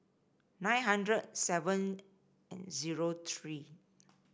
nine hundred seven zero three